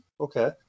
Okay